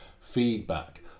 feedback